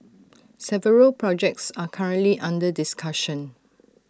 several projects are currently under discussion